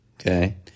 okay